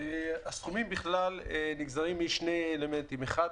הסכומים בכלל נגזרים משני אלמנטים: אחד,